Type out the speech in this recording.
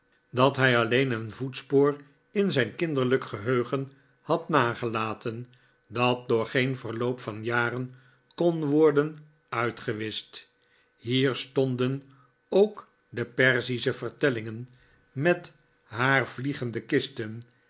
dat hij alleen een voetspoor in zijn kinderlijk geheugen had nagelaten dat door geen verloop van jaren kon worden uitgewischt hier stonden ook de perzische vertellingen met haar vliegende kisten